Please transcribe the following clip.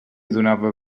donava